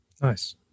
Nice